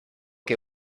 que